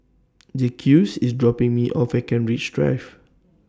Jacques IS dropping Me off At Kent Ridge Drive